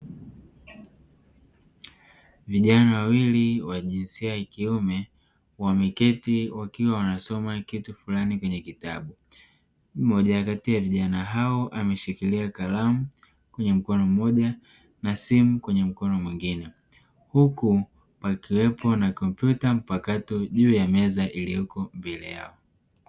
Vijana wawili wa jinsia ya kiume wameketi wakiwa wanasoma kitu kwenye kitabu. Moja kati ya vijana hao ameshikilia kalamu kwenye mkono mmoja na simu kwenye mkono mwingine huku pakiwepo na kompyuta mpakato juu ya meza iliyoko mbele yao.